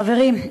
חברים,